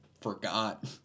forgot